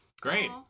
Great